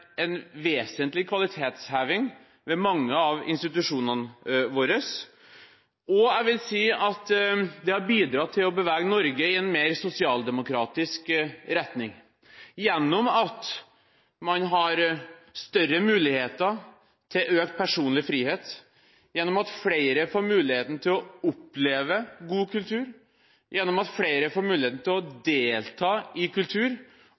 en vesentlig kvalitetsheving ved mange av institusjonene våre. Og jeg vil si at det har bidratt til å bevege Norge i en mer sosialdemokratisk retning, gjennom at man har større muligheter til økt personlig frihet, gjennom at flere får muligheten til å oppleve god kultur, gjennom at flere får muligheten til å delta i kultur,